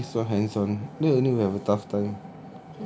I'm so afraid he's not hands on then only we have a tough time